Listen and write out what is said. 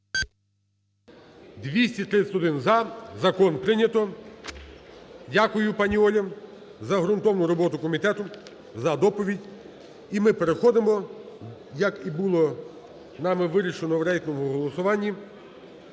За-231 Закон прийнято. Дякую, пані Оля, за ґрунтовну роботу комітету, за доповідь. І ми переходимо, як і було нами вирішено в рейтинговому голосуванні,